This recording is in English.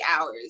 hours